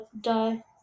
die